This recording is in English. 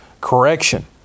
correction